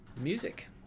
Music